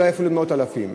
אולי אפילו מאות אלפים,